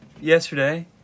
yesterday